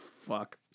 fuck